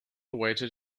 awaited